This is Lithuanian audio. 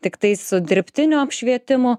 tiktai su dirbtiniu apšvietimu